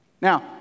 Now